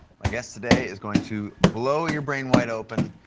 my guest today is going to blow your brain wide open.